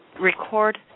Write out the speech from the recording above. record